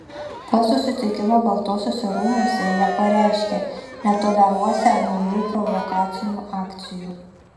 po susitikimo baltuosiuose rūmuose jie pareiškė netoleruosią naujų provokacinių akcijų